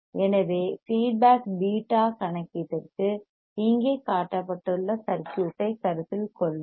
எனவே feedback beta கணக்கீட்டிற்கு இங்கே காட்டப்பட்டுள்ள சர்க்யூட் ஐக் கருத்தில் கொள்வோம்